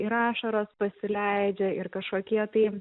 ir ašaros pasileidžia ir kažkokie tai